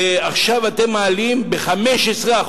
ועכשיו אתם מעלים ב-15%.